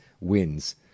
Wins